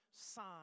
sign